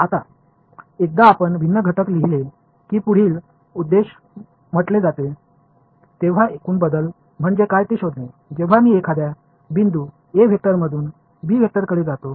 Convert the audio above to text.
आता एकदा आपण भिन्न घटक लिहिले की पुढील उद्देश म्हटले जाते तेव्हा एकूण बदल म्हणजे काय ते शोधणे जेव्हा मी एखाद्या बिंदू "a" वेक्टर मधून "बी" वेक्टर कडे जातो